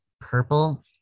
purple